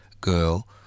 girl